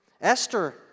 Esther